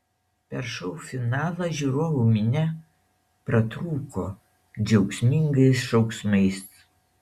per šou finalą žiūrovų minia pratrūko džiaugsmingais šauksmais